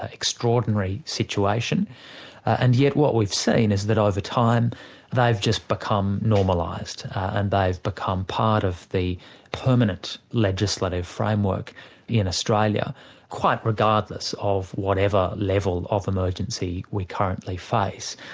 extraordinary situation and yet what we've seen is that over time they've just become normalised and they've become part of the permanent legislative framework in australia quite regardless of whatever level of emergency we currently face.